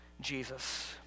Jesus